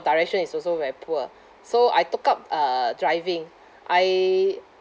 direction is also very poor so I took up uh driving I